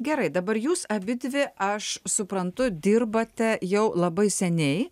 gerai dabar jūs abidvi aš suprantu dirbate jau labai seniai